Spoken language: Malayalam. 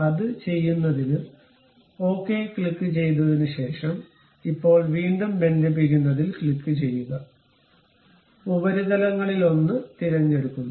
അത് ചെയ്യുന്നതിന് ഓക്കേ ക്ലിക്കുചെയ്തതിനുശേഷം ഇപ്പോൾ വീണ്ടും ബന്ധിപ്പിക്കുന്നതിൽ ക്ലിക്കുചെയ്യുക ഉപരിതലങ്ങളിലൊന്ന് തിരഞ്ഞെടുക്കുന്നു